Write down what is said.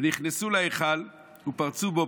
ונכנסו להיכל ופרצו בו